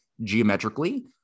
geometrically